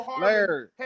Larry